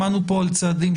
שמענו פה על צעדים,